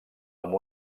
amb